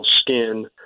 skin